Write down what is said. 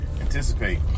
anticipate